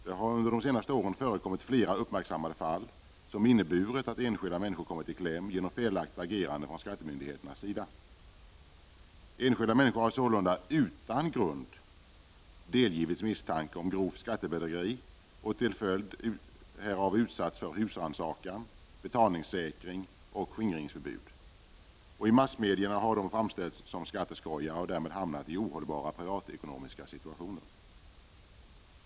Det har under de senaste åren förekommit flera uppmärksammade fall som inneburit att enskilda människor kommit i kläm genom felaktigt agerande från skattemyndigheternas sida. Enskilda människor har sålunda utan grund delgivits misstanke om grovt skattebedrägeri och till följd härav utsatts för husrannsakan, betalningssäkring och skingringsförbud. I massmedierna har de framställts som skatteskojare och därmed hamnat i ohållbara privatekonomiska situationer.